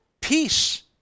peace